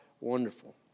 wonderful